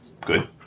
good